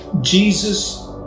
Jesus